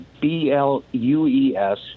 B-L-U-E-S